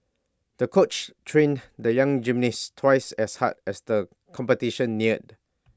the coach trained the young gymnast twice as hard as the competition neared